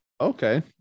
Okay